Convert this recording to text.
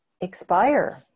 expire